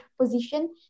position